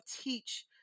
teach